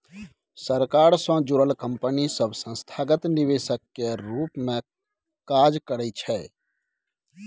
सरकार सँ जुड़ल कंपनी सब संस्थागत निवेशक केर रूप मे काज करइ छै